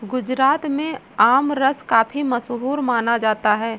गुजरात में आमरस काफी मशहूर माना जाता है